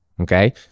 okay